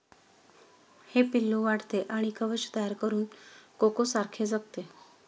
हे पिल्लू वाढते आणि कवच तयार करून कोकोसारखे जगते